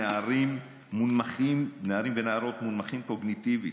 קבוצה לנערים ונערות מונמכים קוגניטיבית.